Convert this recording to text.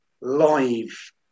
live